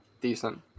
decent